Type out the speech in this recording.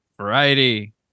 Variety